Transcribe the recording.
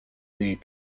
des